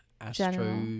astro